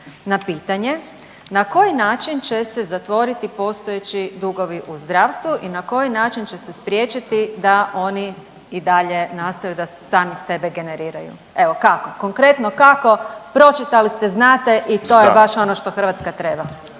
na pitanje na koji način će se zatvoriti postojeći dugovi u zdravstvu i na koji način će se spriječiti da oni i dalje nastaju, da sami sebe generiraju. Evo kako? Konkretno kako? Pročitali ste, znate i to je baš ono što Hrvatska treba.